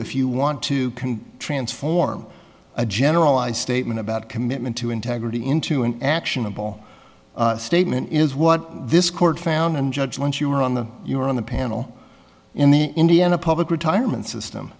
if you want to can transform a generalized statement about commitment to integrity into an actionable statement is what this court found and judge once you were on the you were on the panel in the indiana public retirement system